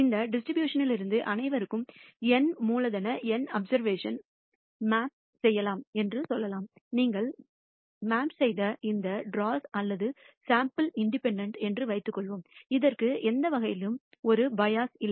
இந்த டிஸ்ட்ரிபியூஷன்லிருந்து அனைவருக்கும் N மூலதன N அப்சர்வேஷன் மேப் செய்யலாம் என்று சொல்லலாம் நீங்கள் வரையப்பட்ட இந்த டிராக்கள் அல்லது சாம்பிள் இண்டிபெண்டன்ட் என்று வைத்துக் கொள்வோம் அதற்கு எந்த வகையிலும் ஒரு பயாஸ் இல்லை